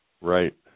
Right